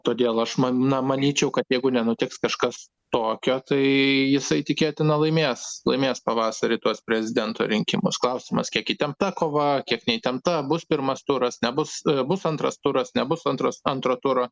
todėl aš man na manyčiau kad jeigu nenutiks kažkas tokio tai jisai tikėtina laimės laimės pavasarį tuos prezidento rinkimus klausimas kiek įtempta kova kiek neįtempta bus pirmas turas nebus bus antras turas nebus antras antro turo